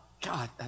God